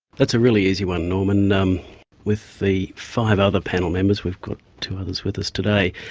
that's a really easy one, norman. um with the five other panel members, we've got two others with us today,